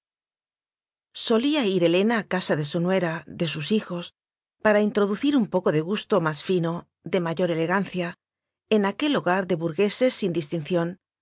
solía ir helena a casa de su nuera de sus hijos para introducir un poco de gusto más fino de mayor elegancia en aquel hogar de burgueses sin distinción